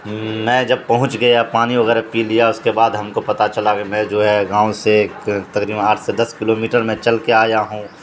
میں جب پہنچ گیا پانی وغیرہ پی لیا اس کے بعد ہم کو پتتا چلا گ میں جو ہے گاؤں سے تقریباً آٹھ سے دس کلو میٹر میں چل کے آیا ہوں